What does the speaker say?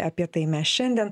apie tai mes šiandien